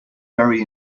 very